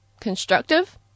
constructive